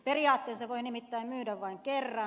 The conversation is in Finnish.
periaatteensa voi nimittäin myydä vain kerran